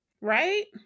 right